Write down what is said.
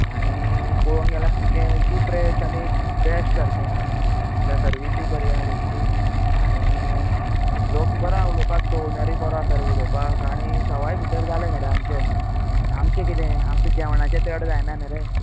आनी पळोंवक गेल्यार सामकें चिप रेट आनी बेश्ट सारके आं म्हळ्यार सर्विसुय बरी आसा थंयची आनी लोक बोरो आहा उलोवपाक ओनरूय बोरो आसा रे उलोवपाक आनी सवाय भितर जाले नी रे आमचे आमचे कितें आमचे जेवणाचे चड जायना नू रे